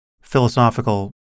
philosophical